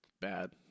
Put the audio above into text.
bad